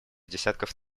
десятков